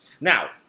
now